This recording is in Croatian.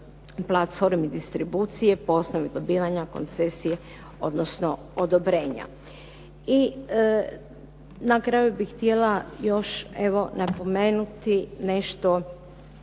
platformi distribucije po osnovi dobivanja koncesije, odnosno odobrenja. I na kraju bih htjela još evo napomenuti nešto